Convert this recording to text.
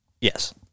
Yes